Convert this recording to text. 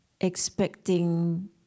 expecting